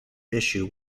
issue